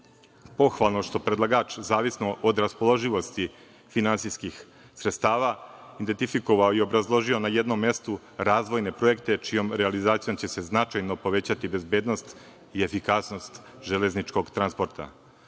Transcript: pohvalno što predlagač zavisno od raspoloživosti finansijskih sredstava ratifikovao i obrazložio na jednom mestu razvojne projekte, čijom realizacijom će se značajno povećati bezbednost i efikasnost železničkog transporta. Pored